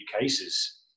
cases